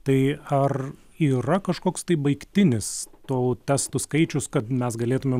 tai ar yra kažkoks tai baigtinis tų testų skaičius kad mes galėtumėm